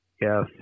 Yes